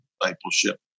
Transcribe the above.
Discipleship